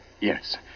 yes